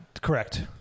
correct